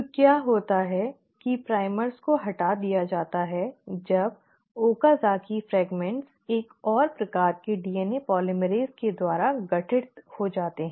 तो क्या होता है की प्राइमर को हटा दिया जाता है जब ओकाज़की फ्रेगमेंट्स एक और प्रकार के डीएनए पोलीमरेज़ के द्वारा गठित हो जाते हैं